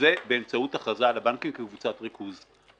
באמצעות הכרזה על הבנקים כקבוצת ריכוז.